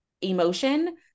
emotion